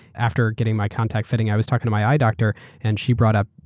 after getting my contact fitting, i was talking to my eye doctor and she brought up,